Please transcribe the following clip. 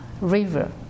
river